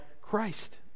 Christ